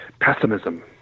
pessimism